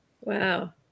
wow